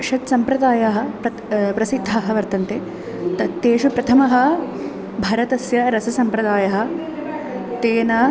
षट् सम्प्रदायाः प्रत् प्रसिद्धाः वर्तन्ते तत् तेषु प्रथमः भारतस्य रसम्प्रदायः तेन